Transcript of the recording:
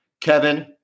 Kevin